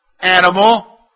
animal